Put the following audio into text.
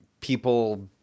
people